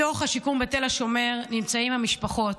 בתוך השיקום בתל השומר נמצאות המשפחות.